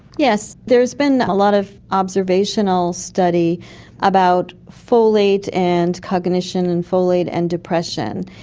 yes, there has been a lot of observational study about folate and cognition, and folate and depression.